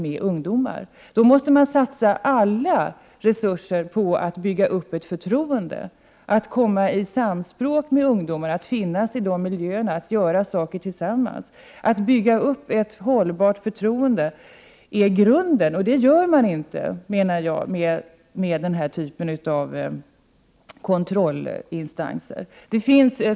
I ett sådant arbete måste man satsa alla resurser på att bygga upp ett förtroende och komma i samspråk med ungdomar, man måste finnas i ungdomsmiljöerna och göra saker tillsammans med dem. Att bygga upp ett hållbart förtroende är grunden för verksamheten, och det gör man inte genom att skapa den här typen av kontrollinstanser.